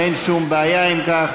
אין שום בעיה עם כך.